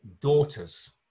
daughters